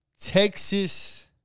Texas